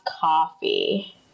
Coffee